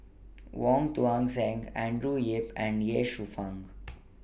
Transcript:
Wong Tuang Seng Andrew Yip and Ye Shufang